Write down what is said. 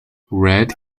red